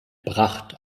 pracht